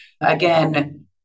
Again